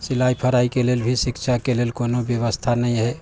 सिलाइ कढ़ाइके लेल भी शिक्षाके लेल कोनो व्यवस्था नहि है